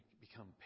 become